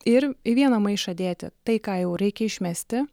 ir į vieną maišą dėti tai ką jau reikia išmesti